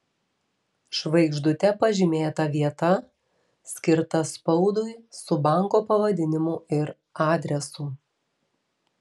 žvaigždute pažymėta vieta skirta spaudui su banko pavadinimu ir adresu